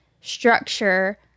structure